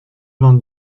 vingt